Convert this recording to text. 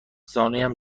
زانویم